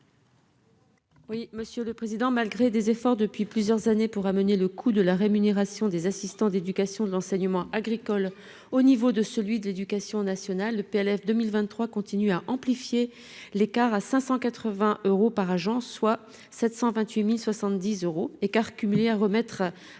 Oui, monsieur le président, malgré des efforts depuis plusieurs années pour amener le coût de la rémunération des assistants d'éducation, de l'enseignement agricole au niveau de celui de l'éducation nationale le PLF 2023 continue à amplifier l'écart à 580 euros par agence, soit 728070 euros écart cumulé à remettre à niveau